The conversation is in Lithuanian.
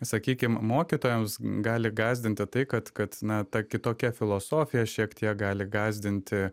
sakykim mokytojams gali gąsdinti tai kad kad na ta kitokia filosofija šiek tiek gali gąsdinti